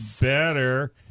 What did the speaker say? better